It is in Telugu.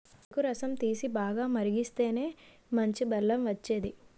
చెరుకు రసం తీసి, బాగా మరిగిస్తేనే మంచి బెల్లం వచ్చేది